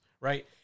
right